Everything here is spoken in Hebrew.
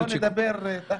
בוא נדבר תכלס.